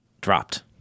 dropped